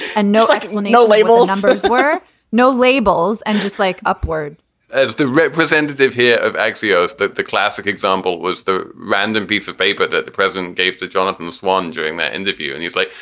and no, like no labels numbers were no labels and just like upward as the representative here echoes the the classic example was the random piece of paper that the president gave to jonathan swan during that interview. and he's like,